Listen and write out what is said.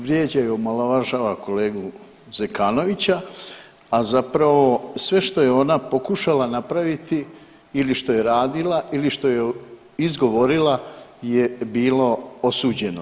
Vrijeđa i omalovažava kolegu Zekanovića, a zapravo sve što je ona pokušala napraviti ili što je radila ili što je izgovorila je bilo osuđeno.